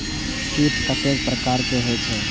कीट कतेक प्रकार के होई छै?